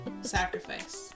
Sacrifice